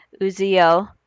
Uziel